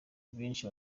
benshi